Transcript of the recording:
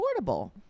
affordable